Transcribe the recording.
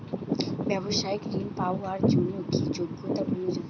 ব্যবসায়িক ঋণ পাওয়ার জন্যে কি যোগ্যতা প্রয়োজন?